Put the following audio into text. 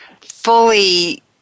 fully